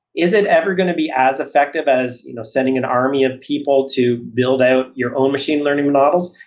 is it ever going to be as effective as you know sending an army of people to build out your own machine learning models?